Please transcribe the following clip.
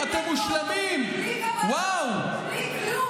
שאתם עושים, ועכשיו הפארסה הזאת, זו החרפה שלכם.